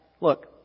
Look